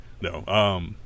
No